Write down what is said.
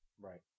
Right